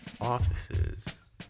offices